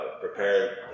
prepare